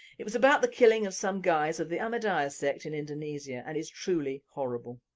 it was about the killing of some guys of the ahmadiyya sect in indonesia and is truly horrible.